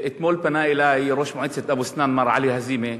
אתמול פנה אלי ראש מועצת אבו-סנאן מר עלי הזימה.